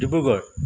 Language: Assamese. ডিব্ৰুগড়